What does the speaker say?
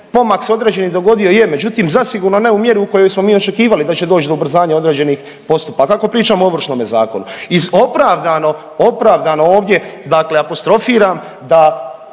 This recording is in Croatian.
pomak se određeni dogodio je, međutim zasigurno u mjeri u kojoj smo mi očekivali da će doći do ubrzanja određenih postupaka ako pričamo o Ovršnom zakonu. Iz opravdanog, opravdano ovdje dakle apostrofiram da